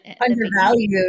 undervalued